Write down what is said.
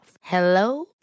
Hello